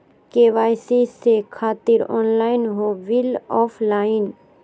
KYC से खातिर online हो बिल ऑफलाइन?